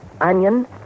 onion